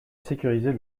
sécuriser